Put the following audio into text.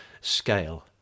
scale